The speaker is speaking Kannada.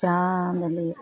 ಚಹಾದಲ್ಲಿ